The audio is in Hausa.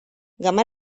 game